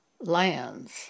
lands